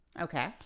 Okay